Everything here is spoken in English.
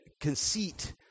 conceit